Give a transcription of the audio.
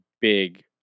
big